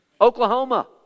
Oklahoma